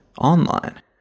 online